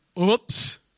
Oops